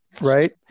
right